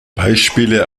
beispiele